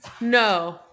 No